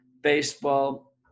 baseball